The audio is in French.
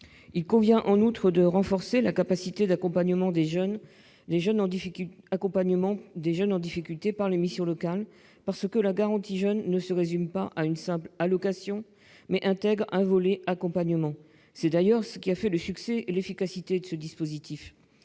Il convient donc de renforcer la capacité d'accompagnement des jeunes en difficulté par les missions locales, parce que la garantie jeunes ne se résume pas à une simple allocation, mais intègre un volet accompagnement. C'est d'ailleurs ce qui a fait le succès et l'efficacité de ce dispositif.